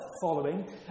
following